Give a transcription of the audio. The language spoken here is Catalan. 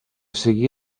seguí